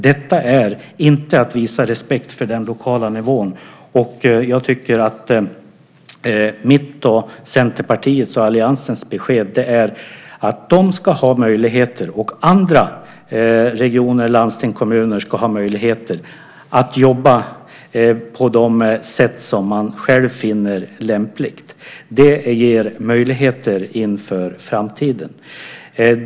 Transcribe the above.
Detta är inte att visa respekt för den lokala nivån, och mitt, Centerpartiets och alliansens besked är att de ska ha möjligheter, och andra regioner, landsting och kommuner ska ha möjligheter, att jobba på de sätt som man själv finner lämpliga. Det ger möjligheter inför framtiden.